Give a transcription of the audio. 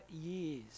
years